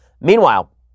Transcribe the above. Meanwhile